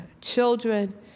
children